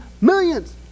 Millions